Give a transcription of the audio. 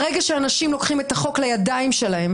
ברגע שאנשים לוקחים את החוק לידיים שלהם